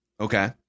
okay